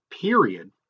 period